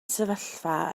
sefyllfa